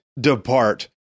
depart